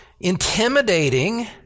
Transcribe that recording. intimidating